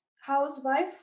housewife